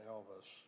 Elvis